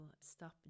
stop